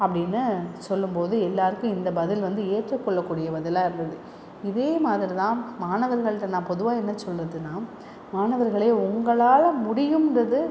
அப்படினு சொல்லும்போது எல்லாருக்கும் இந்த பதில் வந்து ஏற்று கொள்ளக்கூடிய பதிலாக இருந்துது இதே மாதிரி தான் மாணவர்கள்கிட்ட நான் பொதுவாக என்ன சொல்லுறதுனா மாணவர்களே உங்களால் முடியும்ன்றது